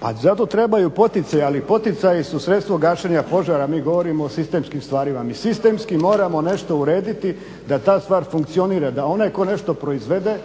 A zato trebaju poticaji, ali poticaji su sredstvo gašenja požara, mi govorimo o sistemskim stvarima. Mi sistemski moramo nešto urediti da ta stvar funkcionira, da onaj koji nešto proizvede,